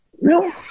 No